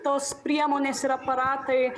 tos priemonės ir aparatai